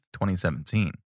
2017